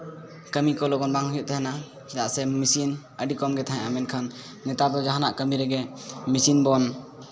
ᱠᱟᱹᱢᱤ ᱠᱚ ᱞᱚᱜᱚᱱ ᱵᱟᱝ ᱦᱩᱭᱩᱜ ᱛᱟᱦᱮᱱᱟ ᱪᱮᱫᱟᱜ ᱥᱮ ᱢᱤᱥᱤᱱ ᱟᱹᱰᱤ ᱠᱚᱢ ᱜᱮ ᱛᱟᱦᱮᱸᱫᱼᱟ ᱢᱮᱱᱠᱷᱟᱱ ᱱᱮᱛᱟᱨ ᱫᱚ ᱡᱟᱦᱟᱱᱟᱜ ᱠᱟᱹᱢᱤ ᱨᱮᱜᱮ ᱢᱤᱥᱤᱱ ᱵᱚᱱ